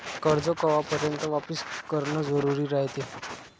कर्ज कवापर्यंत वापिस करन जरुरी रायते?